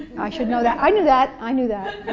i should know that, i knew that, i knew that